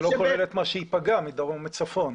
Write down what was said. זה לא כולל את מה שייפגע מדרום לצפון.